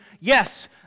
yes